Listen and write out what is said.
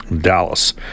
Dallas